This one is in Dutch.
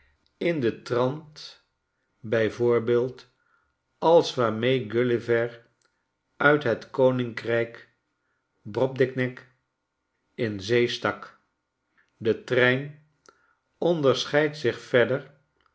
in den trant bij voorbeeld als waarmee grulliver uit het koninkrijk brobdignacin zee stak de trein onderscheidt zich verder